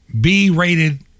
B-rated